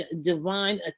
divine